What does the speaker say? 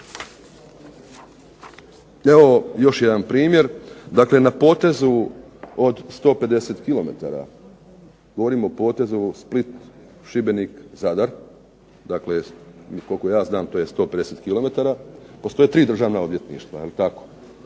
Evo još jedan primjer, dakle na potezu od 150 kilometara, govorim o potezu Split-Šibenik-Zadar, dakle koliko ja znam to je 150 kilometara, postoje tri državna odvjetništva je li tako.